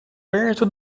perto